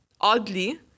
oddly